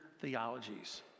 theologies